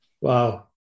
Wow